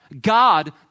God